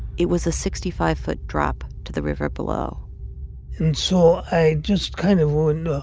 it was a sixty five foot drop to the river below and so i just kind of ah and